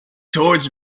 towards